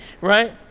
right